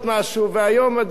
אדוני שר האוצר,